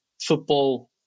football